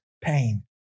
pain